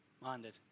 minded